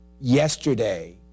yesterday